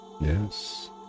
yes